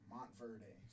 Montverde